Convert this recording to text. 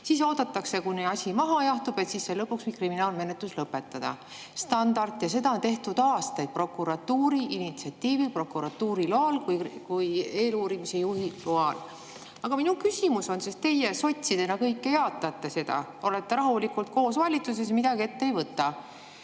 Siis oodatakse, kuni asi maha jahtub, et lõpuks kriminaalmenetlus lõpetada. Standard – ja seda on tehtud aastaid prokuratuuri initsiatiivil, prokuratuuri kui eeluurimise juhi loal. Aga minu küsimus on – teie sotsidena kõike seda jaatate, olete rahulikult koos [teistega] valitsuses, midagi ette ei võta